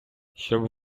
щоб